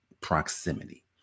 proximity